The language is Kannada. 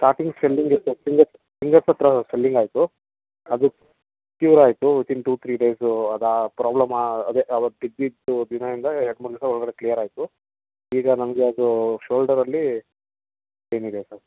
ಸ್ಟಾರ್ಟಿಂಗ್ ಸ್ವೆಲ್ಲಿಂಗ್ ಇತ್ತು ಫಿಂಗರ್ಸ್ ಫಿಂಗರ್ಸ್ ಹತ್ತಿರ ಸ್ವೆಲ್ಲಿಂಗಾಯಿತು ಅದು ಕ್ಯೂರಾಯಿತು ವಿತಿನ್ ಟೂ ಥ್ರೀ ಡೇಸು ಅದು ಆ ಪ್ರಾಬ್ಲಮ್ ಅದೇ ಆವತ್ತು ಬಿದ್ದಿದ್ದ ದಿನದಿಂದ ಎರಡು ಮೂರು ದಿವಸ ಒಳಗಡೆ ಕ್ಲಿಯರಾಯಿತು ಈಗ ನನಗೆ ಅದು ಶೋಲ್ಡರಲ್ಲಿ ಪೈನ್ ಇದೆ ಸರ್